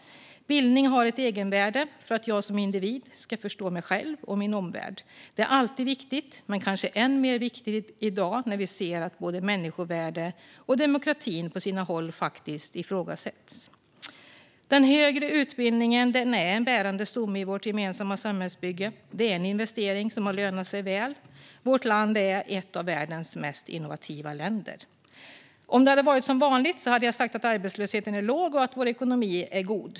Bildning har ett egenvärde för att jag som individ ska förstå mig själv och min omvärld. Det är alltid viktigt, men kanske än mer viktigt i dag när vi ser att både människovärdet och demokratin på sina håll faktiskt ifrågasätts. Den högre utbildningen är en bärande stomme i vårt gemensamma samhällsbygge. Det är en investering som har lönat sig väl. Vårt land är ett av världens mest innovativa länder. Om det hade varit som vanligt hade jag sagt att arbetslösheten är låg och att vår ekonomi är god.